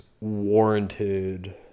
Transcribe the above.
warranted